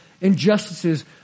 injustices